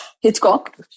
Hitchcock